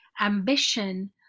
ambition